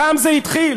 שם זה התחיל,